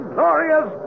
Glorious